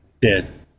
dead